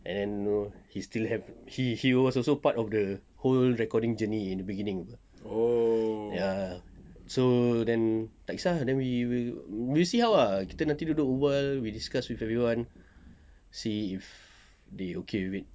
and then you know he he was also part of the whole recording journey in the beginning [pe] ya so then tak kesah ah then we will we'll see how ah kita nanti duduk berbual we discuss with everyone see if they okay with it